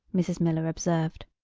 mrs. miller observed.